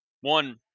one –